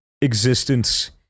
existence